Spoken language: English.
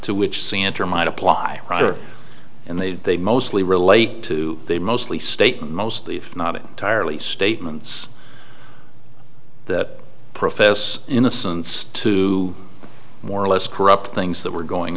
to which center might apply and they they mostly relate to they mostly statement mostly if not entirely statements that profess innocence to more or less corrupt things that were going